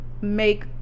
make